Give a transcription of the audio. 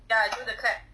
ya I do the clap